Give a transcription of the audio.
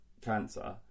cancer